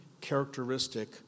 characteristic